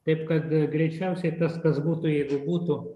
taip kad greičiausiai tas kas būtų jeigu būtų